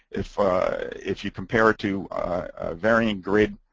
if if you compare it to a varying grid